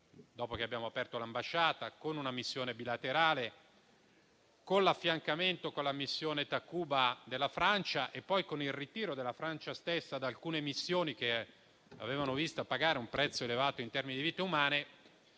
dopo che abbiamo aperto l'ambasciata, con una missione bilaterale, con l'affiancamento della missione francese Takuba e poi con il ritiro della Francia stessa da alcune missioni che l'avevano vista pagare un prezzo elevato in termini di vite umane.